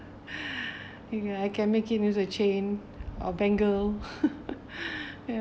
ya I can make it a chain or bangle